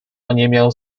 oniemiał